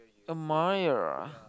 admirer